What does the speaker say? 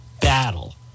battle